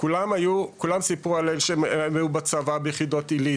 כולם סיפרו על איך שהם היו בצבא ביחידות עילית,